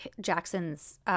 Jackson's